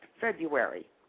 February